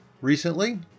recently